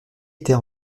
était